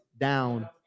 down